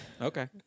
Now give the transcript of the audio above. Okay